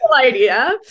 idea